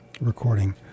recording